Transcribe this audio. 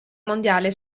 mondiale